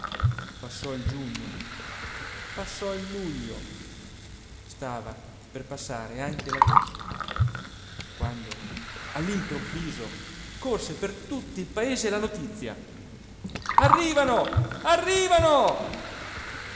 passò il giugno passò il luglio stava per passare anche l'agosto quando all'improvviso corse per tutto il paese la notizia arrivano arrivano